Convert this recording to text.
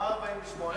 ומה 48'?